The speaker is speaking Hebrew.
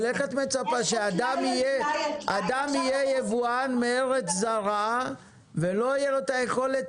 את מצפה שאדם יהיה יבואן מארץ זרה ולא תהיה לו היכולת